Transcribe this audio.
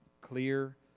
clear